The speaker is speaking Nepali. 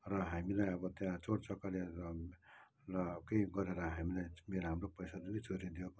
र हामीलाई अब त्यहाँ चोर चकारीहरू र र केही गरेर हामीलाई मेरो हाम्रो पैसा जुन चाहिँ चोरी दियो भने त